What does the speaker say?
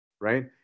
right